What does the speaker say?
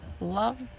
Love